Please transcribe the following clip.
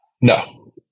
No